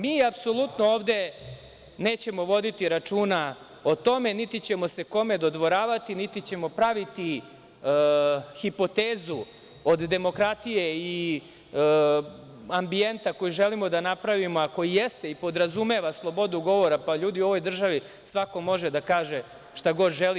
Mi apsolutno ovde nećemo voditi računa o tome, niti ćemo se kome dodvoravati, niti ćemo praviti hipotezu od demokratije i ambijenta koji želimo da napravimo, a koji jeste i podrazumeva slobodu govora, pa ljudi u ovoj državi svako može da kaže šta želim.